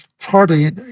hardly